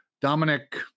Dominic –